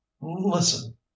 Listen